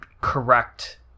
correct